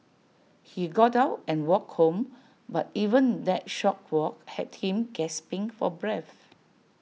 he got out and walked home but even that short walk had him gasping for breath